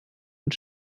und